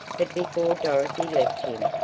but before dorothy left him,